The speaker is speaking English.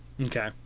Okay